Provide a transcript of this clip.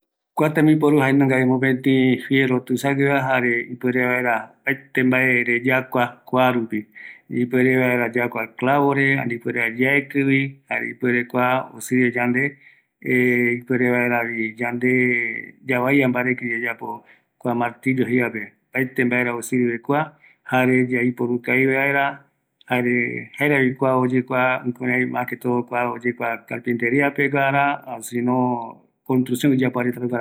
Kua tembiporu, jae yakuavaera clavore, yambaekutu vaera pɨpe, jaeko mopëtï fierro tätägueva, jare yaiporuvi oipotague peguara